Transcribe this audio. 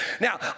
Now